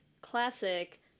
classic